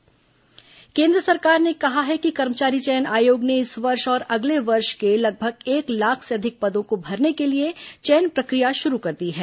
केन्द्र भर्ती प्रक्रिया केन्द्र सरकार ने कहा है कि कर्मचारी चयन आयोग ने इस वर्ष और अगले वर्ष के लगभग एक लाख से अधिक पदों को भरने के लिए चयन प्रक्रिया शुरू कर दी है